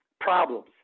problems